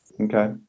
Okay